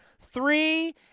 Three